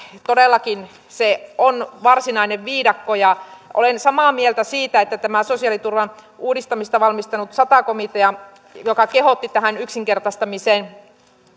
todellakin se on varsinainen viidakko ja olen samaa mieltä siitä että tämä sosiaaliturvan uudistamista valmistellut sata komitea joka kehotti tähän yksinkertaistamiseen